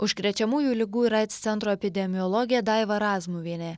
užkrečiamųjų ligų ir aids centro epidemiologė daiva razmuvienė